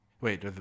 Wait